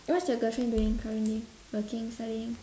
what's your girlfriend doing currently working studying